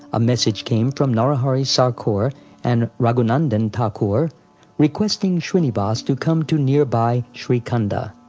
a message came from narahari sarkar and raghunandan thakur requesting shrinivas to come to nearby shrikhanda.